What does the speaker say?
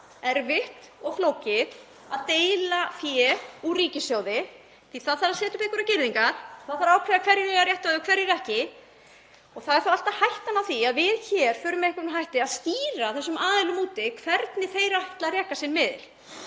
erfitt og flókið að deila fé úr ríkissjóði því að það þarf að setja einhverjar girðingar. Það þarf að ákveða hverjir eiga rétt og hverjir ekki. Það er alltaf hætta á því að við hér förum með einhverjum hætti að stýra þessum aðilum úti, hvernig þeir ætla að reka sinn miðil.